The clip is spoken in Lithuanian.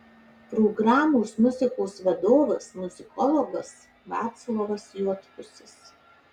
programos muzikos vadovas muzikologas vaclovas juodpusis